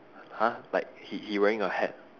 !huh! like he he wearing a hat